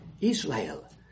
Israel